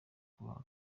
kuva